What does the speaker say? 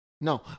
No